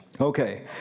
Okay